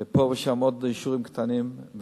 ופה ושם עוד אישורים קטנים.